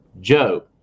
Joe